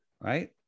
right